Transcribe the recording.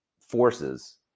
forces